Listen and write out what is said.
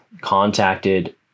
contacted